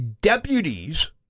Deputies